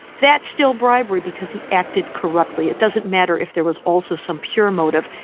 that's still bribery because he acted corruptly. it doesn't matter if there was also some pure motive,